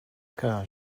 que